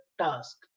task